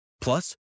Plus